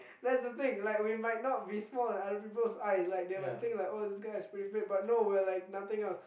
that's the thing like we might not be small in other people's eyes like they might think like oh this guy is pretty big but no we're like nothing else